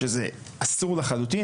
שזה אסור לחלוטין,